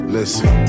Listen